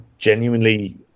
genuinely